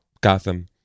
Gotham